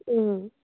अँ